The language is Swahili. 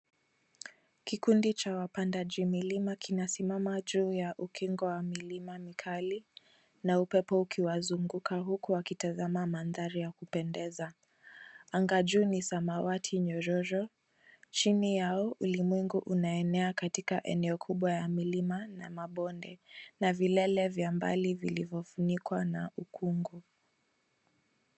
Kikundi cha wapandaji milima kinasimama juu ya ukingo wa milima mikali, na upepo ukiwazunguka huku wakitazama mandhari ya kupendeza. Anga juu ni samawati nyororo, chini yao ulimwengu unaenea katika eneo kubwa ya milima na mabonde. Na vilele vya mbali vilivyofunikwa na ukungu.